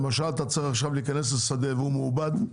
למשל, אתה צריך להיכנס לשדה והוא מעובד,